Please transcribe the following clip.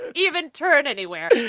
even turn anywhere.